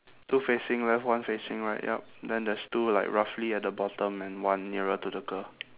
two facing left one facing right yup then there's two like roughly at the bottom and one nearer to the girl